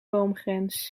boomgrens